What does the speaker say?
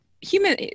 human